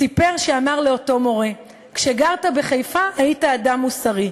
סיפר שהוא אמר לאותו מורה: כשגרת בחיפה היית אדם מוסרי,